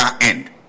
end